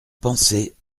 pensée